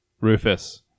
Rufus